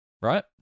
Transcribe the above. right